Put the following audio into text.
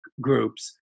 groups